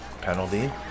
penalty